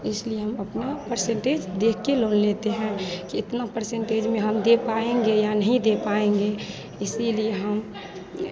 इसलिए हम अपना पर्सेन्टेज देखकर लोन लेते हैं कि इतना पर्सेन्टेज में हम दे पाएँगे या नहीं दे पाएँगे इसीलिए हम में